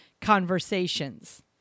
conversations